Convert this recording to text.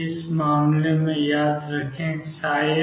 इस मामले में याद रखें xψ